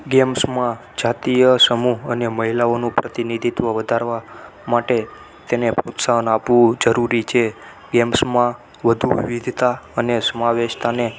ગેમ્સમાં જાતીય સમૂહ અને મહિલાઓનું પ્રતિનિધિત્વ વધારવા માટે તેને પ્રોત્સાહન આપવું જરૂરી છે ગેમ્સમાં વધુ વિવિધતા અને સમાવેશતાને